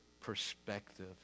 perspective